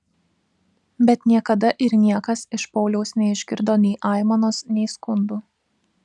bet niekada ir niekas iš pauliaus neišgirdo nei aimanos nei skundų